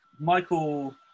Michael